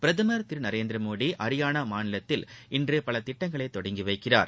பிரதமர் திரு நரேந்திரமோடி அரியானா மாநிலத்தில் இன்று பல திட்டங்களை தொடங்கிவைக்கிறார்